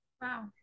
Wow